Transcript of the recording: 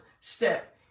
step